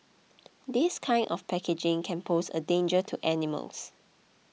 this kind of packaging can pose a danger to animals